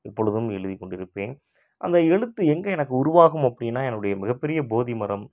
எப்பொழுதும் எழுதிக் கொண்டிருப்பேன் அந்த எழுத்து எங்கே எனக்கு உருவாகும் அப்படின்னா என்னுடைய மிகப்பெரிய போதி மரம்